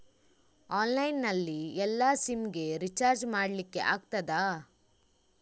Online ನಲ್ಲಿ ಎಲ್ಲಾ sim ಗೆ ರಿಚಾರ್ಜ್ ಮಾಡಲಿಕ್ಕೆ ಆಗ್ತದಾ?